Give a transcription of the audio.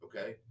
okay